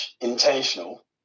intentional